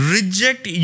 Reject